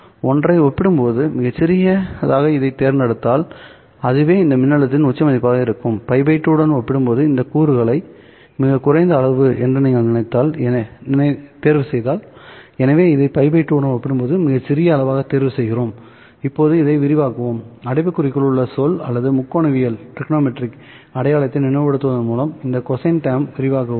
ஒன்றை ஒப்பிடும்போது மிகச் சிறியதாக இதைத் தேர்ந்தெடுத்தால் அதுவே இந்த மின்னழுத்தத்தின் உச்ச மதிப்பாக இருக்கும் π 2 உடன் ஒப்பிடும்போது இந்த கூறுகளை மிகக் குறைந்த அளவு என்று நீங்கள் தேர்வுசெய்தால் எனவே இதை π 2 உடன் ஒப்பிடும்போது மிகச் சிறிய அளவாகத் தேர்வு செய்கிறோம் இப்போது இதை விரிவாக்குவோம் அடைப்புக்குறிக்குள் உள்ள சொல் அல்லது முக்கோணவியல் அடையாளத்தை நினைவுபடுத்துவதன் மூலம் இந்த கொசைன் டெர்ம் ஐ விரிவாக்குவோம்